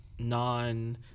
non